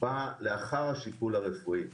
בא לאחר השיקול הרפואי.